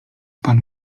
pan